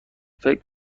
فکر